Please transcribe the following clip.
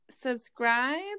subscribe